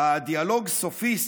בדיאלוג "הסופיסט",